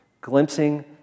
glimpsing